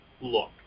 look